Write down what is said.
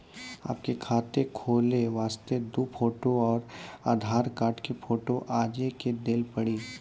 आपके खाते खोले वास्ते दु फोटो और आधार कार्ड के फोटो आजे के देल पड़ी?